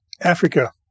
Africa